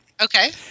Okay